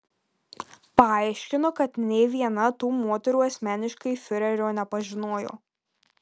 paaiškinu kad nė viena tų moterų asmeniškai fiurerio nepažinojo